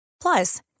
Plus